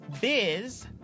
biz